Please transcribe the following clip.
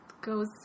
goes